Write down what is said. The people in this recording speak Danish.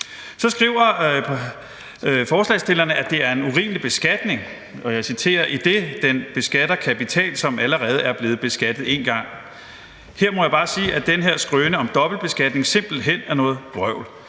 Så skriver forslagsstillerne, at det er en urimelig beskatning, og jeg citerer: »idet den beskatter kapital, som allerede er blevet beskattet en gang.« Her må jeg bare sige, at den her skrøne om dobbeltbeskatning simpelt hen er noget vrøvl.